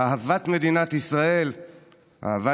זה הכול.